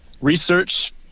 research